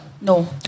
No